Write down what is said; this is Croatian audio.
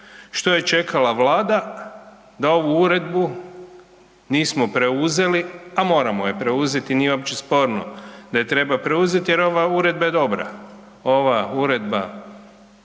što je čekala Vlada da ovu Uredbu nismo preuzeli?, a moramo je preuzeti, nije uopće sporno da je treba preuzeti jer je ova Uredba dobra, ova Uredba